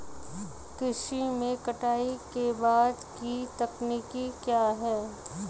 कृषि में कटाई के बाद की तकनीक क्या है?